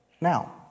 now